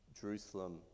jerusalem